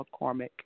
McCormick